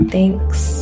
Thanks